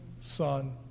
son